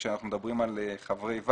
כאשר אנחנו מדברים על חברי ועד,